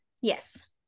Yes